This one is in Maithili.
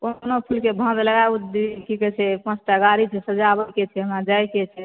कोनो चीज़क भाँज लगाबू दीदी की कहै छै पाँचटा गाड़ी छै सजावके छै हमरा जायके छै